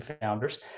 founders